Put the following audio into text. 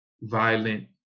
violent